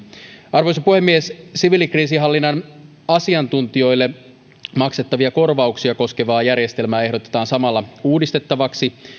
arvoisa puhemies siviilikriisinhallinnan asiantuntijoille maksettavia korvauksia koskevaa järjestelmää ehdotetaan samalla uudistettavaksi